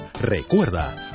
Recuerda